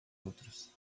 outros